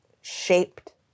shaped